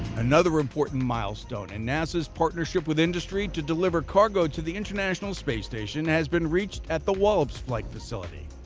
another important milestone in nasa's partnership with industry to deliver cargo to the international space station has been reached at the wallops flight facility.